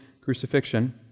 crucifixion